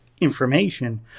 information